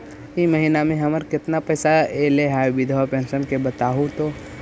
इ महिना मे हमर केतना पैसा ऐले हे बिधबा पेंसन के बताहु तो?